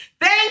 Thank